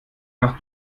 nach